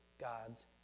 God's